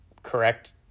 correct